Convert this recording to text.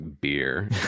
beer